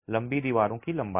लंबी दीवारों की लंबाई